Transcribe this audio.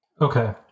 Okay